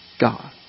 God